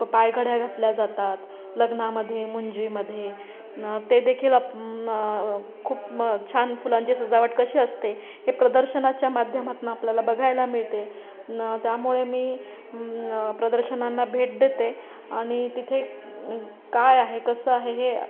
पायघड्या घातल्या जातात लग्नामध्ये मुंजीमध्ये न ते देखील खूप मग छान फुलांची सजावट कशी असते हे प्रदर्शनाच्या माध्यमातनं आपल्याला बघायला मिळते न त्यामुळे मी प्रदर्शनांना भेट देते आणि तिथे काय आहे कसं आहे हे